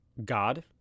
God